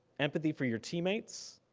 empathy for your teammates,